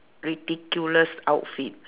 ridiculous outfit